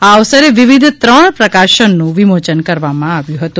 આ અવસરે વિવિધ ત્રણ પ્રકાશનનું વિમોચન કરવામાં આવ્યું હતું